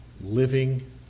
living